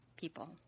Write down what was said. people